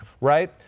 right